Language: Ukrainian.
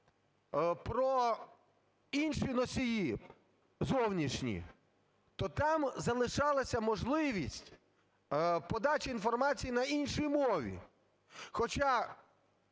про інші носії зовнішні, то там залишалася можливість подачі інформації на іншій мові. Хоча